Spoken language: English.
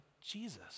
Jesus